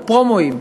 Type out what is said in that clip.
לפרומואים.